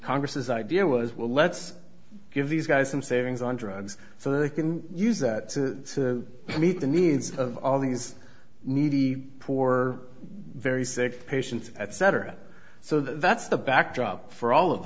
congresses idea was well let's give these guys some savings on drugs so they can use that to meet the needs of all these needy for very sick patients at cetera so that's the backdrop for all of